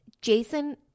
Jason –